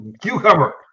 cucumber